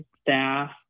staff